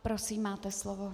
Prosím, máte slovo.